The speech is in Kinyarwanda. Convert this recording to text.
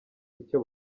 icyo